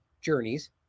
journeys